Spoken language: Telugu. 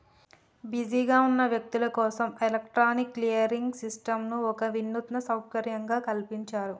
బిజీగా ఉన్న వ్యక్తులు కోసం ఎలక్ట్రానిక్ క్లియరింగ్ సిస్టంను ఒక వినూత్న సౌకర్యంగా కల్పించారు